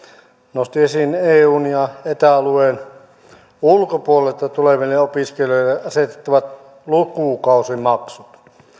nostin esiin eun ja eta alueen ulkopuolelta tuleville opiskelijoille asetettavat lukukausimaksut